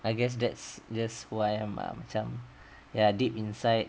I guess that's just who I am ah macam ya deep inside